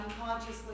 unconsciously